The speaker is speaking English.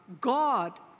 God